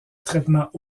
traitement